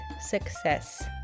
success